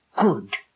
good